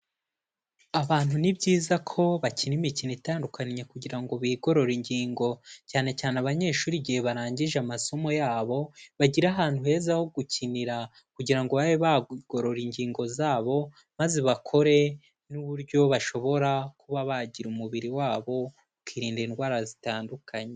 Abantu ni byiza ko bakina imikino itandukanye kugira ngo bigorore ingingo, cyane cyane abanyeshuri igihe barangije amasomo yabo, bagire ahantu heza ho gukinira kugira ngo babe bagorora ingingo zabo, maze bakore n'uburyo bashobora kuba bagira umubiri wabo ukirinda indwara zitandukanye.